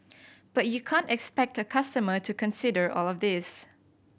but you can't expect a customer to consider all of this